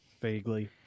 Vaguely